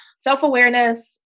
self-awareness